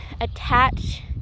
Attach